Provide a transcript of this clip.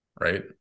right